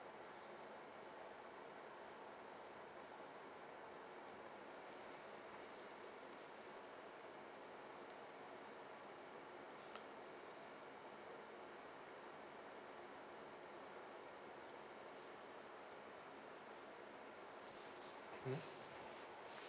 mm